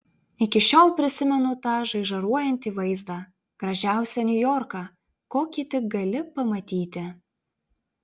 iki šiol prisimenu tą žaižaruojantį vaizdą gražiausią niujorką kokį tik gali pamatyti